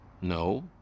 No